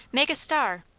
make a star,